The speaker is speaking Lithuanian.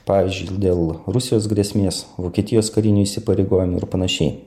pavyzdžiui dėl rusijos grėsmės vokietijos karinių įsipareigojimų ir panašiai